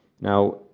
Now